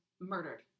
murdered